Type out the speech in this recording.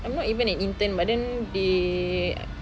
I'm not even an intern but then they